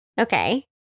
Okay